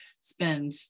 spend